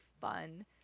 fun